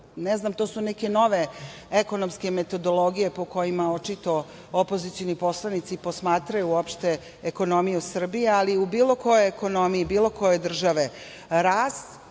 Ne znam. To su neke nove ekonomske metodologije po kojima očito opozicioni poslanici posmatraju uopšte ekonomiju Srbije, ali u bilo kojoj ekonomiji, bilo koje države, rast,